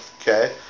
okay